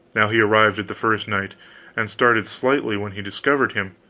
now he arrived at the first knight and started slightly when he discovered him.